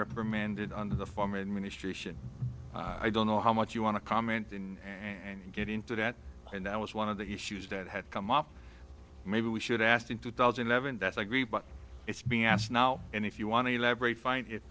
reprimanded on the former administration i don't know how much you want to comment in and get into that and that was one of the issues that had come up maybe we should ask in two thousand evan that's agree but it's being asked now and if you want to elaborate find it